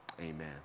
amen